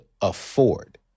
afford